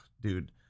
dude